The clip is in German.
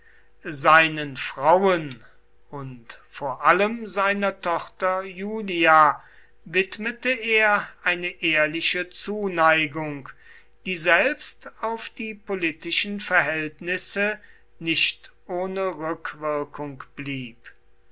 seinen frauen und vor allem seiner tochter iulia widmete er eine ehrliche zuneigung die selbst auf die politischen verhältnisse nicht ohne rückwirkung blieb